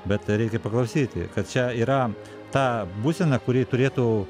bet reikia paklausyti kad čia yra ta būsena kuri turėtų